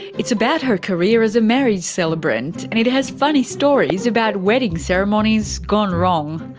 it's about her career as a marriage celebrant, and it has funny stories about wedding ceremonies gone wrong.